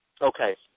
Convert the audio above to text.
Okay